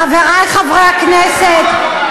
חברי חברי הכנסת,